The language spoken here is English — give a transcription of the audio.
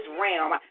realm